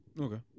Okay